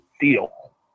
deal